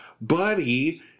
buddy